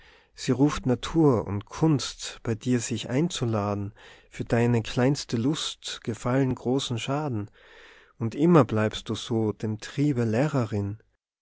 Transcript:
sie ruft natur und kunst bei dir sich einzuladen für deine kleinste lust gefallen großen schaden und immer bleibst du so dem triebe lehrerin